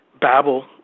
babble